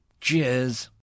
cheers